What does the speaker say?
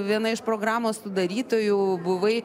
viena iš programos sudarytojų buvai